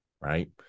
right